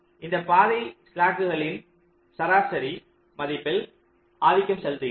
இந்த பாதை ஸ்லாக்குகளின் சராசரி மதிப்பில் ஆதிக்கம் செலுத்துகிறது